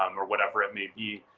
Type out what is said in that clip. um or whatever it may be,